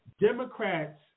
Democrats